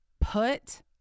Put